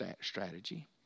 strategy